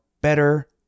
better